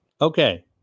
Okay